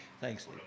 Thanks